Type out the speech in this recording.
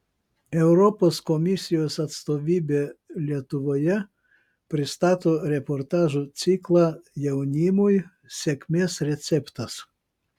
europos komisijos atstovybė lietuvoje pristato reportažų ciklą jaunimui sėkmės receptas